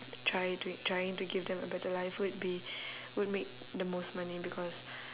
try to trying to give them a better life would be would make the most money because